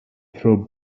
throw